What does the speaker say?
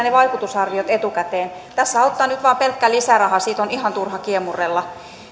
ne vaikutusarviot etukäteen tässä auttaa nyt vain pelkkä lisäraha siitä on ihan turha kiemurrella